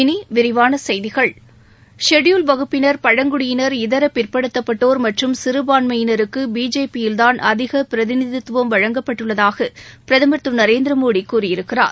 இனி விரிவான செய்திகள் ஷெடியூல்டு வகுப்பினர் பழங்குடியினர் இதர பிற்படுத்தப்பட்டோர் மற்றும் சிறபான்மையினருக்கு பிஜேபி யில்தான் அதிக பிரதிநிதித்துவம் வழங்கப்பட்டுள்ளதாக பிரதமா் திரு நரேந்திரமோடி கூறியிருக்கிறார்